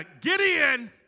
Gideon